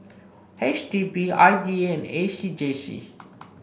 H D B I D A and A C J C